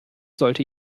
sollte